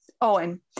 Owen